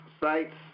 sites